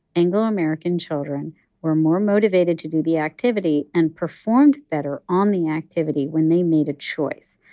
anglo-american children were more motivated to do the activity and performed better on the activity when they made a choice.